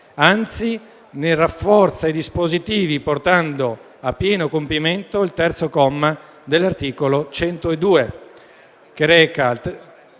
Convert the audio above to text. anzi, ne rafforza i dispositivi, portando a pieno compimento il terzo comma dell'articolo 102,